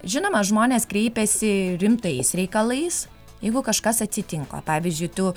žinoma žmonės kreipiasi rimtais reikalais jeigu kažkas atsitinka pavyzdžiui tu